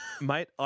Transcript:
Mate